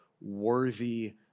worthy